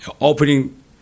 opening